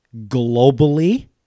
globally